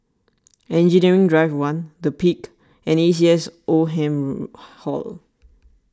Engineering Drive one the Peak and A C S Oldham Hall